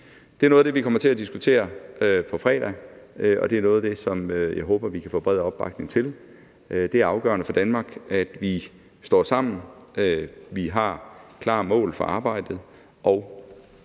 Det er noget af det, vi kommer til at diskutere på fredag, og det er noget af det, som jeg håber vi kan få bred opbakning til. Det er afgørende for Danmark, at vi står sammen, at vi har klare mål for arbejdet, og